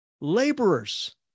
laborers